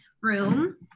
room